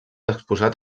exposat